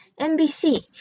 NBC